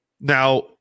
Now